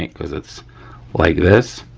cause it's like this.